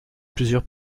plusieurs